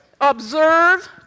observe